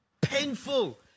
painful